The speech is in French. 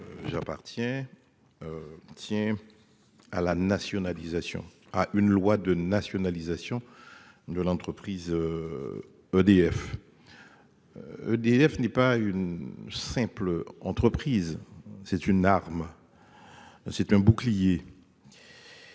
J'appartiens. Tiens. Ah la nationalisation à une loi de nationalisation de l'entreprise. EDF. EDF n'est pas une simple entreprise. C'est une arme. C'est un bouclier.